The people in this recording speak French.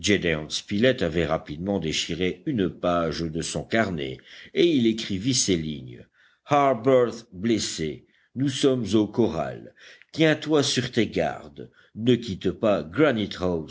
spilett avait rapidement déchiré une page de son carnet et il y écrivit ces lignes harbert blessé nous sommes au corral tiens-toi sur tes gardes ne quitte pas granite house